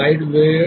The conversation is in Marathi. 1